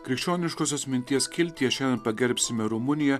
krikščioniškosios minties skiltyje šiandien pagerbsime rumuniją